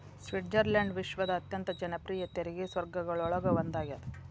Switzerland ವಿಶ್ವದ ಅತ್ಯಂತ ಜನಪ್ರಿಯ ತೆರಿಗೆ ಸ್ವರ್ಗಗಳೊಳಗ ಒಂದಾಗ್ಯದ